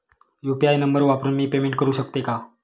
UPI number वापरून मी payment करू शकते का?